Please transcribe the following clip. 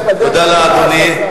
תודה, אדוני.